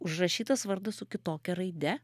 užrašytas vardas su kitokia raide